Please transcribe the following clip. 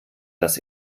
dass